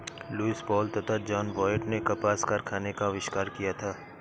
Lewis Paul तथा John Wyatt ने कपास कारखाने का आविष्कार किया था